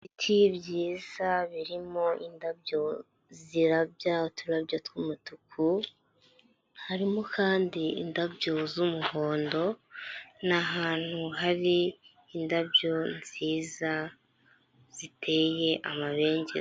Ibiti byiza birimo indabyo zirabya uturababyo tw'umutuku, harimo kandi indabyo z'umuhondo n'ahantu hari indabyo nziza ziteye amabengeza.